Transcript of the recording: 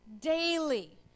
daily